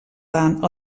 tant